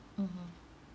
mmhmm